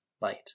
light